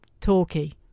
talky